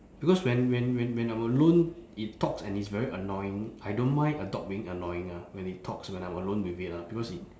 because when when when when I'm alone it talks and it's very annoying I don't mind a dog being annoying ah when it talks when I'm alone with it ah because it